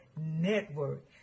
network